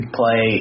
play